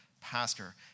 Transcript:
pastor